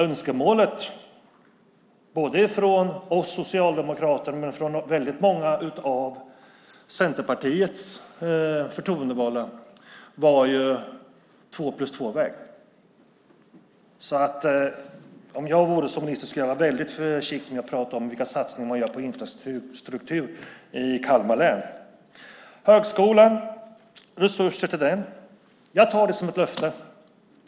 Önskemålet från oss socialdemokraterna men också från väldigt många av Centerpartiets förtroendevalda var två-plus-två-väg. Så om jag vore ministern skulle jag vara väldigt försiktig med att prata om vilka satsningar man gör på infrastruktur i Kalmar län. Högskolan och resurser till den - jag tar det som ett löfte.